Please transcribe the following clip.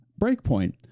Breakpoint